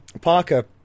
Parker